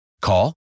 Call